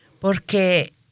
porque